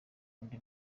undi